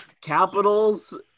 Capitals